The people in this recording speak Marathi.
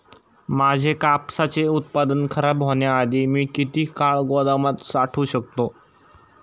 माझे कापसाचे उत्पादन खराब होण्याआधी मी किती काळ गोदामात साठवू शकतो?